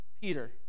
Peter